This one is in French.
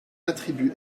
attributs